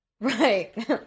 right